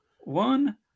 one